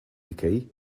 decay